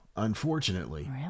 Unfortunately